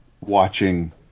watching